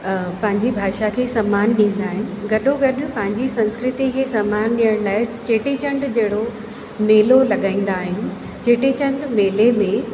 पंहिंजी भाषा खे सम्मान ॾींदा आहिनि गॾो गॾु पंहिंजी संस्कृति खे सम्मान ॾियण लाइ चेटीचंडु जहिड़ो मेलो लॻाईंदा आहिनि चेटीचंडु मेले में